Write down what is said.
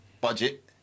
budget